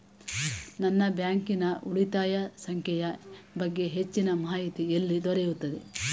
ನನ್ನ ಬ್ಯಾಂಕಿನ ಉಳಿತಾಯ ಸಂಖ್ಯೆಯ ಬಗ್ಗೆ ಹೆಚ್ಚಿನ ಮಾಹಿತಿ ಎಲ್ಲಿ ದೊರೆಯುತ್ತದೆ?